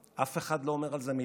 אף אחד לא אומר על זה מילה.